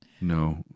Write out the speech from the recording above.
No